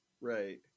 Right